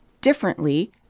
differently